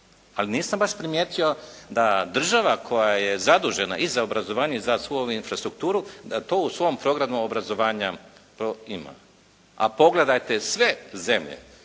Ali nisam baš primijetio da država koja je zadužena i za obrazovanje i za svu ovu infrastrukturu da to u svom programu obrazovanje ima. A pogledajte sve zemlje